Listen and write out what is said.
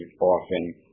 often